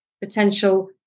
potential